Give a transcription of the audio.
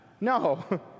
No